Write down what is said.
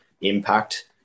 impact